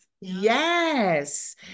yes